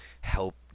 help